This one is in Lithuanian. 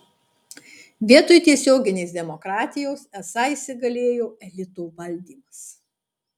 vietoj tiesioginės demokratijos esą įsigalėjo elito valdymas